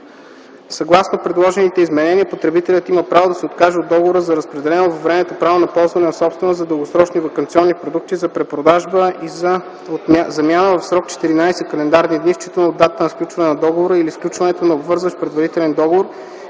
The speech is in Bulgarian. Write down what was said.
Съгласно предложените изменения потребителят има право да се откаже от договора за разпределено във времето право на ползване на собственост, за дългосрочни ваканционни продукти, за препродажба и за замяна в срок 14 календарни дни считано от датата на сключване на договора или сключване на обвързващ предварителен договор